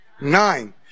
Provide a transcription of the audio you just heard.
nine